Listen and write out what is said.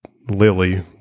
Lily